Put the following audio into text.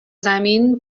زمین